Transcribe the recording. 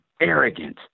arrogant